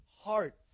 heart